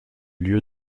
lieu